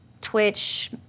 Twitch